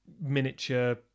miniature